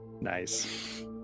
Nice